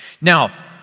Now